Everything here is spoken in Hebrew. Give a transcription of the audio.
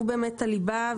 והוא הליבה,